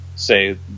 Say